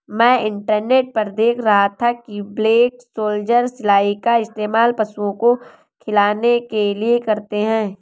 मैं इंटरनेट पर देख रहा था कि ब्लैक सोल्जर सिलाई का इस्तेमाल पशुओं को खिलाने के लिए करते हैं